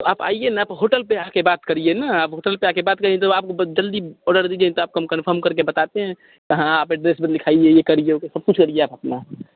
आप आइए ना आप होटल पर आ कर बात करिए ना आप होटल पर आ कर बात करिए आपको जल्दी आर्डर दीजिए तो कंफर्म कर के आपको बताते हैं हाँ दिखाइए ये करिए वो करिए कुछ करिए आप अपना